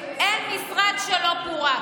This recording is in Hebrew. אין משרד שלא פורק.